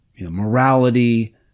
morality